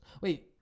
Wait